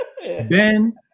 Ben